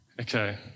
Okay